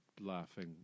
laughing